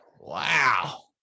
wow